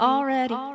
Already